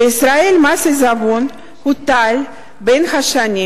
בישראל מס עיזבון הוטל בין השנים